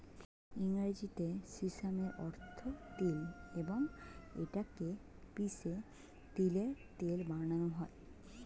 ইংরেজিতে সিসামের অর্থ তিল এবং এটা কে পিষে তিলের তেল বানানো হয়